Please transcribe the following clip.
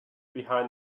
behind